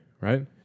right